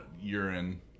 urine